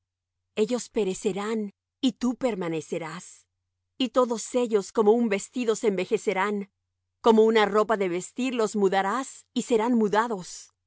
ellos perecerán y tú permanecerás y todos ellos como un vestido se envejecerán como una ropa de vestir los mudarás y serán mudados